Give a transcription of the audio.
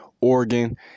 Oregon